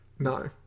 No